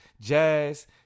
jazz